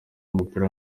w’umupira